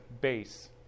base